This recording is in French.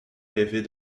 rêver